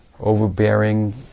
overbearing